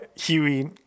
Huey